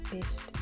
best